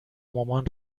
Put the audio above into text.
مامان